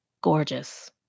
gorgeous